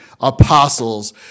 apostles